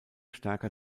stärker